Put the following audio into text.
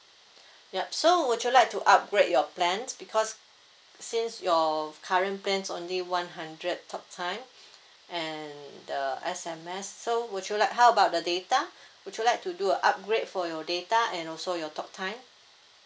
yup so would you like to upgrade your plan because since your current plans only one hundred talktime and the S_M_S so would you like how about the data would you like to do a upgrade for your data and also your talktime